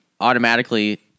automatically